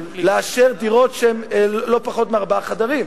לאשר דירות שבהן פחות מארבעה חדרים.